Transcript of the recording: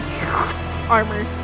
Armor